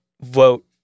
vote